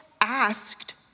asked